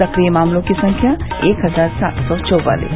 सक्रिय मामलों की संख्या एक हजार सात सौ चौवालीस